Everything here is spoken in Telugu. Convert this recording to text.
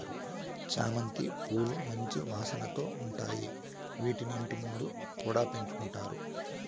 చామంతి పూలు మంచి వాసనతో ఉంటాయి, వీటిని ఇంటి ముందు కూడా పెంచుకుంటారు